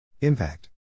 impact